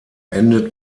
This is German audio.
endet